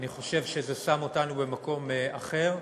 אני חושב שזה שם אותנו במקום אחר.